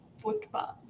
footpath